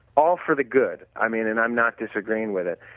all for the good. i mean, and i am not disagreeing with it.